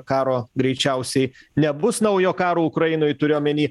karo greičiausiai nebus naujo karo ukrainoj turiu omeny